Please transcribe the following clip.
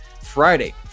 Friday